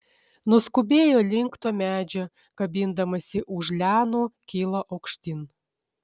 nuskubėjo link to medžio kabindamasi už lianų kilo aukštyn